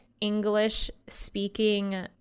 English-speaking